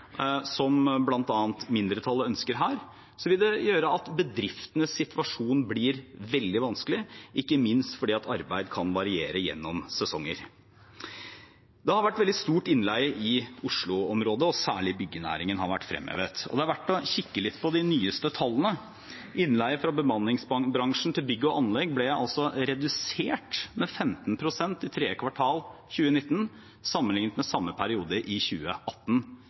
som bl.a. mindretallet her ønsker, vil det gjøre at bedriftenes situasjon blir veldig vanskelig, ikke minst fordi arbeid kan variere gjennom sesonger. Det har vært et veldig stort innslag av innleie i Oslo-området, og særlig byggenæringen har vært fremhevet. Det er verdt å kikke litt på de nyeste tallene. Innleie fra bemanningsbransjen til bygg og anlegg ble redusert med 15 pst. i tredje kvartal 2019, sammenlignet med samme periode i 2018,